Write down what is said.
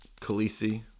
Khaleesi